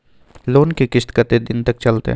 Loan के किस्त कत्ते दिन तक चलते?